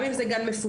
גם אם זה גן מפוקח,